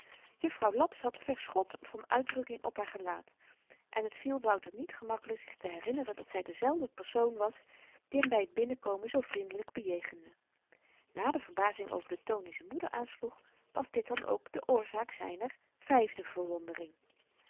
juffrouw laps had verschot van uitdrukking op haar gelaat en t viel wouter niet gemakkelyk zich te herinneren dat zy dezelfde persoon was die hem by t binnenkomen zoo vriendelyk bejegende na de verbazing over den toon die z'n moeder aansloeg was dit dan ook de oorzaak zyner vyfde verwondering